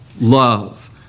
love